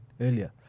earlier